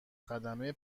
خدمه